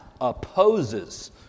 opposes